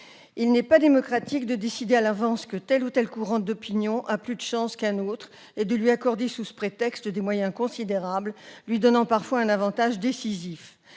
Il n'est pas démocratique de décider à l'avance que tel ou tel courant d'opinion a plus de chances de l'emporter qu'un autre et de lui accorder, sous ce prétexte, des moyens considérables, lui donnant parfois un avantage décisif.